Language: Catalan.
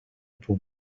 punt